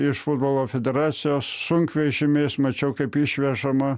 iš futbolo federacijos sunkvežimiais mačiau kaip išvežama